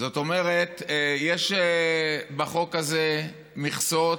זאת אומרת, יש בחוק הזה מכסות,